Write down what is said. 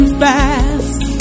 fast